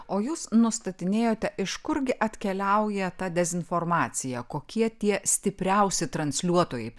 o jūs nustatinėjote iš kurgi atkeliauja ta dezinformacija kokie tie stipriausi transliuotojai